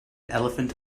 elephant